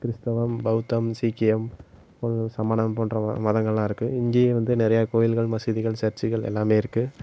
கிறிஸ்துவம் பௌத்தம் சீக்கியம் சமணம் போன்ற மதங்கள்லாம் இருக்குது இங்கேயும் வந்து நிறைய கோயில்கள் மசூதிகள் சர்ச்சுகள் எல்லாமே இருக்குது